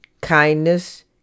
kindness